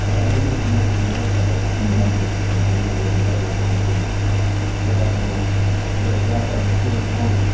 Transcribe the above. i don't mean to make too much of it, ah collective memory or whatever it might be but, um yeah, it was like i returned home.